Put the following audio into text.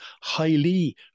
highly